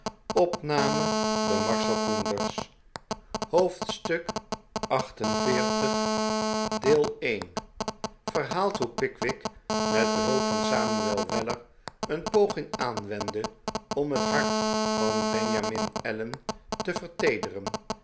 hoofdstuk xlviii verhaalt hoe pickwick met behulp van samuel weller een poging aanwendde om net hart van benjamin allen te